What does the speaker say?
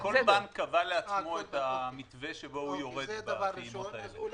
כל בנק קבע לעצמו את המתווה שבו הוא יורד בפעימות האלה.